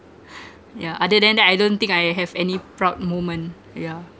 yeah other than that I don't think I have any proud moment yeah